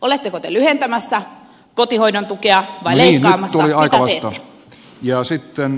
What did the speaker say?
oletteko te lyhentämässä kotihoidon tukea vai leikkaamassa mitä teette